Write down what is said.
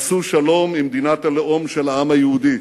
עשו שלום עם מדינת הלאום של העם היהודי,